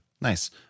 Nice